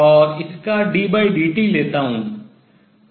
और इसका ddt लेता हूँ